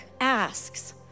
asks